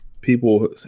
People